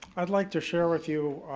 i'd like to share with you